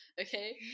Okay